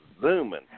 zooming